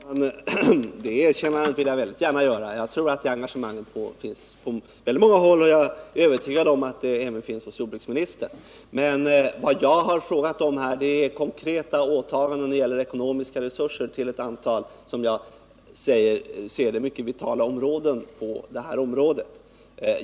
Herr talman! Det erkännandet vill jag gärna ge. Jag tror att det engagemanget finns på väldigt många håll, och jag är övertygad om att det finns även hos jordbruksministern. Men vad jag frågat om var konkreta åtaganden beträffande ekonomiska resurser till ett antal, som jag ser det, mycket vitala uppgifter på det här området.